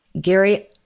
Gary